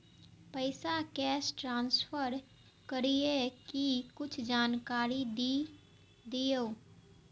पैसा cash transfer करऐ कि कुछ जानकारी द दिअ